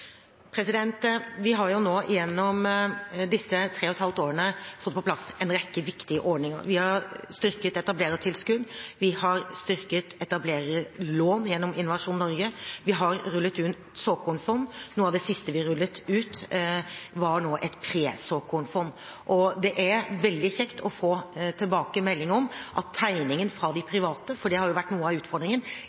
Vi har gjennom disse tre og et halvt årene fått på plass en rekke viktige ordninger. Vi har styrket etablerertilskudd, vi har styrket etablererlån gjennom Innovasjon Norge, og vi har rullet ut såkornfond. Noe av det siste vi rullet ut, var et presåkornfond. Det er veldig kjekt å få tilbakemelding om at tegningen fra de private – for det har vært noe av utfordringen